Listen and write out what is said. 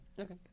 Okay